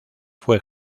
fue